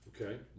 Okay